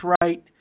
right